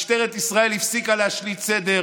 משטרת ישראל הפסיקה להשליט סדר.